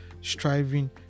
striving